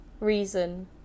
...reason